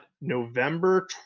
November